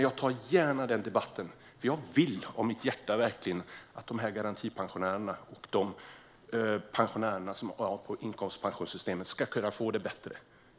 Jag tar gärna den debatten, för jag vill av hela mitt hjärta verkligen att garantipensionärerna och pensionärerna i inkomstpensionssystemet ska kunna få det bättre.